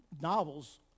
Novels